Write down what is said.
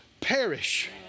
perish